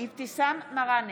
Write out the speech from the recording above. אבתיסאם מראענה,